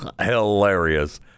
hilarious